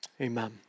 Amen